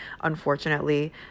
unfortunately